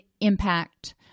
impact